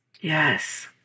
Yes